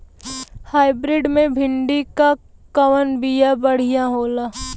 Hybrid मे भिंडी क कवन बिया बढ़ियां होला?